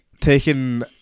taking